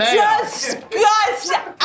disgusting